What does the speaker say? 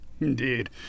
Indeed